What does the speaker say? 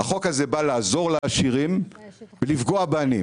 החוק הזה בא לעזור לעשירים ולפגוע בעניים.